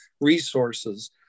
resources